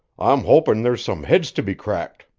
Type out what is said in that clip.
i'm hopin' there's some heads to be cracked.